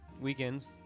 weekends